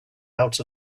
out